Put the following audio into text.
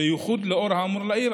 בייחוד לאור האמור לעיל,